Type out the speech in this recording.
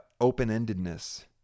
open-endedness